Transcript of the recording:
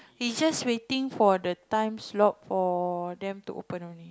he's just waiting for the time slot for them to open only